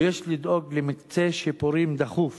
ויש לדאוג למקצה שיפורים דחוף